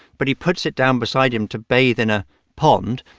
but he puts it down beside him to bathe in a pond.